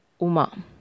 Uma